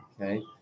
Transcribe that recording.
okay